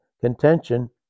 contention